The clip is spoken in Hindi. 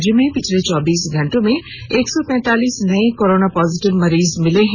राज्य में पिछले चौबीस घंटे में एक सौ पैंतालीस नए कोरोना पॉजिटिव मरीज मिले हैं